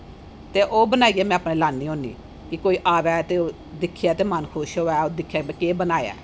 ते ओह् बनाइये में अपने लानी होनी कि कोई आवे ते दिक्खे ते मन खुश होऐ ओह् दिक्खे केह् बनाया ऐ